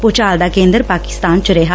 ਭੁਚਾਲ ਦਾ ਕੇ ਂਦਰ ਪਾਕਿਸਤਾਨ ਚ ਰਿਹਾ